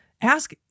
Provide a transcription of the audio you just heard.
ask